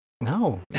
No